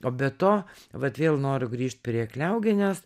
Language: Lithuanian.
o be to vat vėl noriu grįžt prie kliaugienės